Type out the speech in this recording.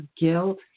guilt